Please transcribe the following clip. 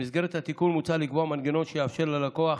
במסגרת התיקון מוצע לקבוע מנגנון שיאפשר ללקוח